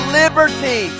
liberty